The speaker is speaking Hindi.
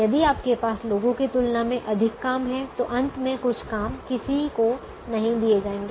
यदि आपके पास लोगों की तुलना में अधिक काम हैं तो अंत में कुछ काम किसी को नहीं दिए जाएंगे